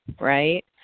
right